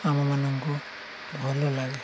ଆମମାନଙ୍କୁ ଭଲ ଲାଗେ